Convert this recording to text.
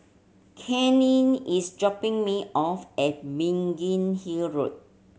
Kanye is dropping me off at Biggin Hill Road